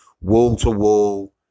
wall-to-wall